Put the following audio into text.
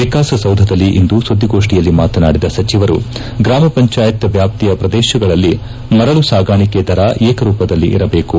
ವಿಕಾಸಸೌಧದಲ್ಲಿಂದು ಸುದ್ದಿಗೋಷ್ಠಿಯಲ್ಲಿ ಮಾತನಾಡಿದ ಸಚವರು ಗ್ರಾಮಪಂಚಾಯತ್ ವ್ಯಾಪ್ತಿಯ ಪ್ರದೇಶಗಳಲ್ಲಿ ಮರಳು ಸಾಗಾಣಿಕೆ ದರ ಏಕರೂಪದಲ್ಲಿರಬೇಕು